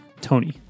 Tony